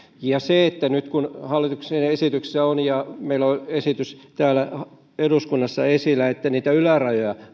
nyt kun hallituksen esityksessä on ja meillä on esitys täällä eduskunnassa esillä että niitä ylärajoja